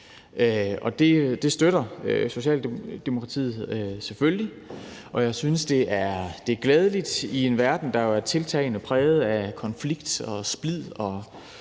Det støtter Socialdemokratiet selvfølgelig, og jeg synes, det er glædeligt i en verden, der jo er tiltagende præget af konflikt og splid